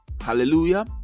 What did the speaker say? Hallelujah